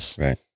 Right